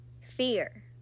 Fear